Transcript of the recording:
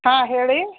ಹಾಂ ಹೇಳಿ